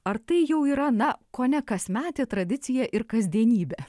ar tai jau yra na kone kasmetė tradicija ir kasdienybė